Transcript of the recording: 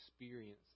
experience